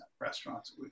restaurants